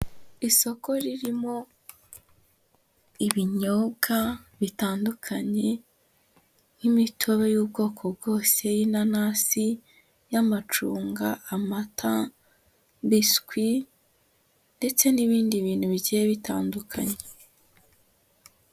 Isoko ririmo ibinyobwa bitandukanye nk'imitobe y'ubwoko bwose, inanasi y'amacunga, amata, biswikwi ndetse n'ibindi bintu bike bitandukanye.